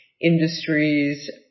industries